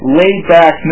laid-back